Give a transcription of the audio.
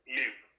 live